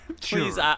Please